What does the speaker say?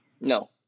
No